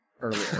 earlier